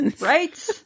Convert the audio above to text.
Right